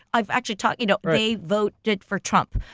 i've actually talked you know. they voted for trump.